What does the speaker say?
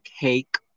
cake